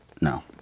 No